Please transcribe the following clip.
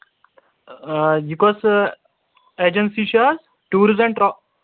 آ یہِ کۄس ایجَنسی چھِ حظ ٹوٗرز اینٛڈ ٹرٛا